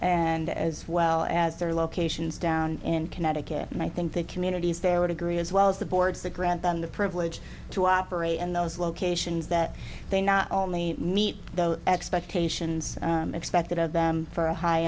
and as well as their locations down in connecticut and i think the communities there would agree as well as the boards that grant them the privilege to operate in those locations that they not only meet the expectations expected of them for a high